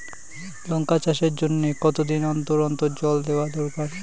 লঙ্কা চাষের জন্যে কতদিন অন্তর অন্তর জল দেওয়া দরকার?